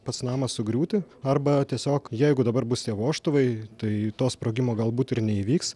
pats namas sugriūti arba tiesiog jeigu dabar bus tie vožtuvai tai to sprogimo galbūt ir neįvyks